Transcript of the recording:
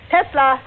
Tesla